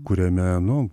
kuriame nu